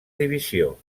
divisió